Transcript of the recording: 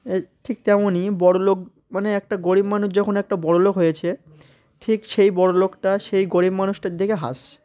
এই ঠিক তেমনই বড়লোক মানে একটা গরিব মানুচ যখন একটা বড়লোক হয়েছে ঠিক সেই বড়লোকটা সেই গরিব মানুষটাকে দেখে হাসছে